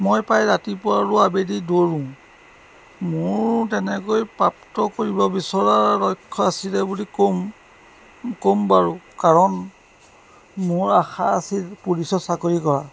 মই প্ৰায় ৰাতিপুৱা আৰু আবেলি দৌৰোঁ মোৰ তেনেকৈ প্ৰাপ্ত কৰিব বিচৰা লক্ষ আছিলে বুলি ক'ম ক'ম বাৰু কাৰণ মোৰ আশা আছিল পুলিচত চাকৰি কৰা